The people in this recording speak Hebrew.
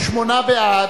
שמונה בעד,